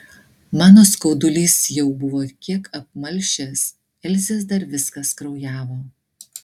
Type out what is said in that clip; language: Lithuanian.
mano skaudulys jau buvo kiek apmalšęs elzės dar viskas kraujavo